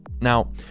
Now